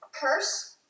Curse